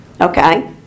Okay